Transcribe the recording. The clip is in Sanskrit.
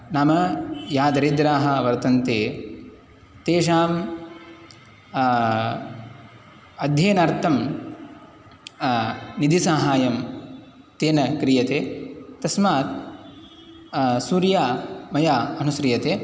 नाम या दरिद्राः वर्तन्ते तेषां अध्ययनार्थं निधिसाहाय्यं तेन क्रियते तस्मात् सूर्य मया अनुस्रियते